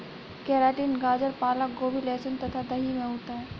keratin गाजर पालक गोभी लहसुन तथा दही में होता है